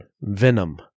Venom